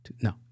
No